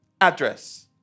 address